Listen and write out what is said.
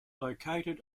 located